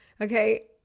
Okay